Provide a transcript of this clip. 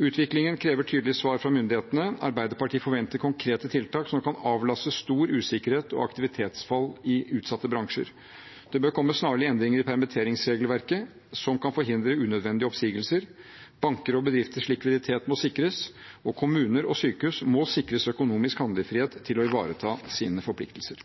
Utviklingen krever tydelige svar fra myndighetene. Arbeiderpartiet forventer konkrete tiltak som kan avlaste når det er usikkerhet og aktivitetsfall i utsatte bransjer. Det bør komme snarlige endringer i permitteringsregelverket som kan forhindre unødvendige oppsigelser. Bankers og bedrifters likviditet må sikres, og kommuner og sykehus må sikres økonomisk handlefrihet til å ivareta sine forpliktelser.